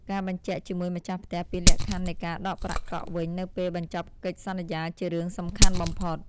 ការបញ្ជាក់ជាមួយម្ចាស់ផ្ទះពីលក្ខខណ្ឌនៃការដកប្រាក់កក់វិញនៅពេលបញ្ចប់កិច្ចសន្យាជារឿងសំខាន់បំផុត។